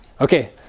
Okay